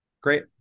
Great